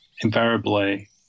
invariably